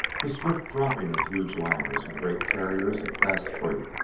the swift dropping of huge liners and great carriers of fast freight,